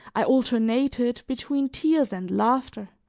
i alternated between tears and laughter,